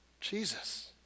Jesus